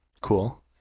cool